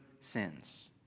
sins